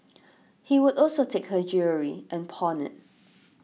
he would also take her jewellery and pawn it